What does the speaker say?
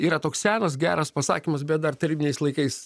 yra toks senas geras pasakymas bet dar tarybiniais laikais